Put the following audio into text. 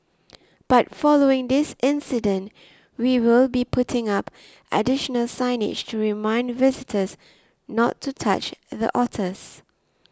but following this incident we will be putting up additional signage to remind visitors not to touch the otters